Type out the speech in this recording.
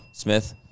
Smith